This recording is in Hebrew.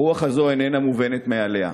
הרוח הזאת איננה מובנת מאליה,